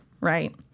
Right